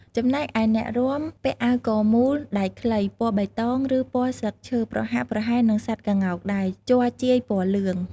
ចំណែកឯអ្នករាំ ពាក់អាវកមូល ដៃខ្លី ពណ៌បៃតង ឬពណ៌ស្លឹកឈើប្រហាក់ប្រហែលនឹងសត្វក្ងោកដែរ ជ័រជាយពណ៌លឿង ។